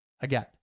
again